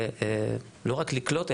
לא רק לקלוט,